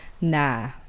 nah